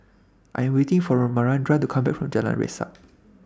I Am waiting For Maranda to Come Back from Jalan Resak